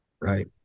Right